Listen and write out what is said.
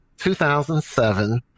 2007